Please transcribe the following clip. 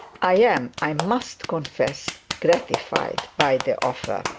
i am, i must confess, gratified by the offer